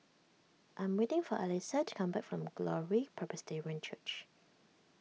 I am waiting for Elyssa to come back from Glory Presbyterian Church